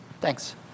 Thanks